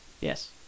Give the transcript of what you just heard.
Yes